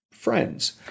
friends